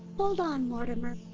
hold on, mortimer!